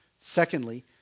Secondly